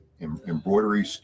embroidery